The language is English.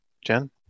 Jen